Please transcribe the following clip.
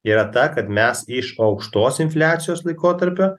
yra ta kad mes iš aukštos infliacijos laikotarpio